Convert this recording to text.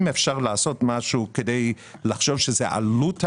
אם אפשר לעשות משהו כדי לחשוב שזאת עלות העסקה,